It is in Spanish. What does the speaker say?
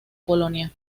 polonia